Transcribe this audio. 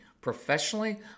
Professionally